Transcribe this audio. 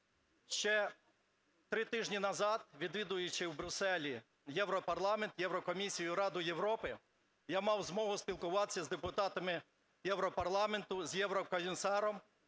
ще три тижні назад, відвідуючи в Брюсселі Європарламент, Єврокомісію, Раду Європи, я мав змогу спілкуватися з депутатами Європарламенту, з Єврокомісаром,